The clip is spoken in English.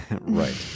Right